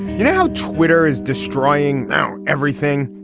you know, twitter is destroying now everything,